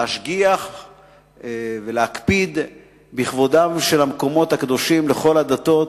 להשגיח ולהקפיד בכבודם של המקומות הקדושים לכל הדתות,